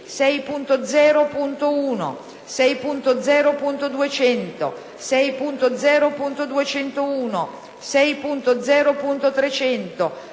6.0.1, 6.0.200, 6.0.201, 6.0.300,